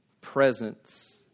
presence